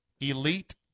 elite